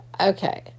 Okay